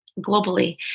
globally